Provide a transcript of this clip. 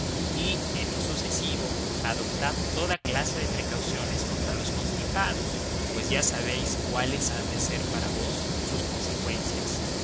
y en lo sucesivo adoptad toda clase de precauciones contra los constipados pues ya sabéis cuáles han de ser para vos sus consecuencias